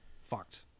fucked